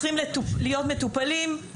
צריכים להיות מטופלים,